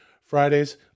Fridays